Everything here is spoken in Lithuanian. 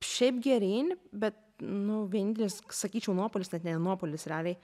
šiaip geryn bet nu vienintelis sakyčiau nuopuolis net ne nuopuolis realiai